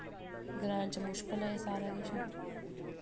ग्रां च मुश्कल ऐ एह् सारा किश